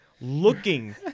looking